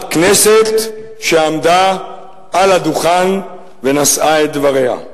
כנסת שעמדה על הדוכן ונשאה את דבריה.